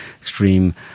extreme